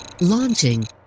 Launching